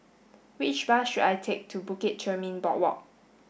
which bus should I take to Bukit Chermin Boardwalk